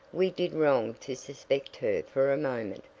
we did wrong to suspect her for a moment.